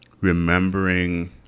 remembering